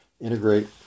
integrate